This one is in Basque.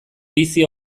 bizi